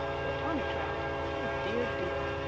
for tommy trout oh, dear, dear!